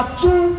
two